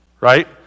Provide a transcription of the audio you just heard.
Right